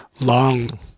long